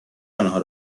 آنها